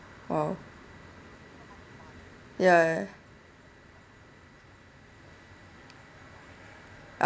!wow! ya ya